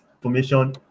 information